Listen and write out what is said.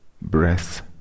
breath